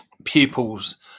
pupils